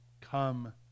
Come